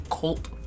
cult